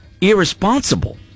irresponsible